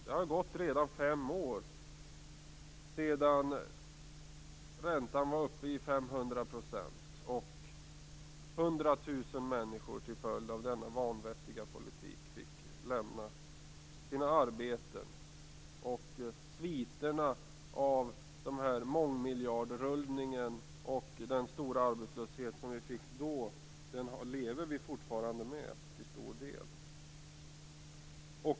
Det har redan gått fem år sedan räntan var uppe i 500 % och 100 000 människor fick lämna sina arbeten till följd av denna vanvettiga politik. Sviterna av denna mångmiljardrullning och den stora arbetslöshet som vi fick då lever vi till stor del fortfarande med.